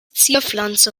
zierpflanze